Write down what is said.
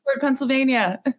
Pennsylvania